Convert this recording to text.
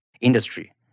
industry